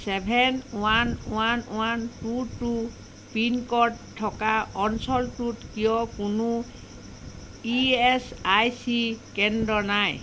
seven one one one two two pin code থকা অঞ্চলটোত কিয় কোনো ইএছআইচি কেন্দ্র নাই